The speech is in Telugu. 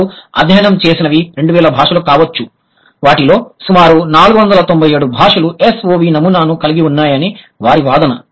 వారు అధ్యయనం చేసినవి 2000 భాషలు కావచ్చు వాటిలో సుమారు 497 భాషలు SOV నమూనాను కలిగి ఉన్నాయని వారి వాదన